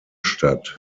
statt